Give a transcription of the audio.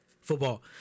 football